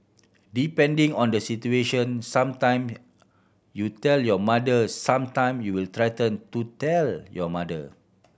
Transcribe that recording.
depending on the situation some time you tell your mother some time you will threaten to tell your mother